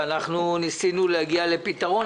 וניסינו להגיע לפתרון,